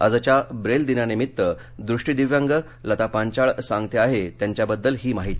आजच्या ब्रेल दिनानिमित्त दृष्टी दिव्यांग लता पांचाळ सांगते आहे त्यांच्याबद्दल ही माहिती